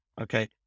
Okay